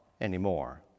anymore